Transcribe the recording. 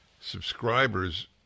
subscribers